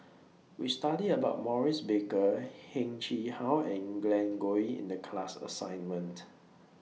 We studied about Maurice Baker Heng Chee How and Glen Goei in The class assignment